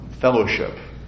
fellowship